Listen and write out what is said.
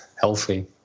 healthy